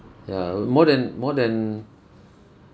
ya uh more than more than